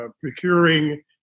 procuring